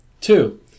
Two